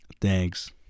Thanks